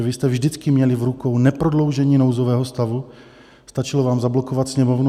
Vy jste vždycky měli v rukou neprodloužení nouzového stavu, stačilo vám zablokovat Sněmovnu.